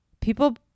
people